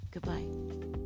Goodbye